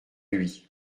lui